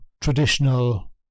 traditional